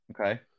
Okay